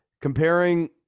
comparing